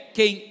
quem